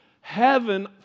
heaven